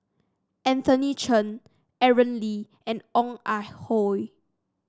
Anthony Chen Aaron Lee and Ong Ah Hoi